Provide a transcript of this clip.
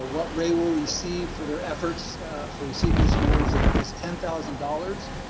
ah what rea will receive for their efforts for receiving this award is ten thousand dollars.